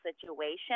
situation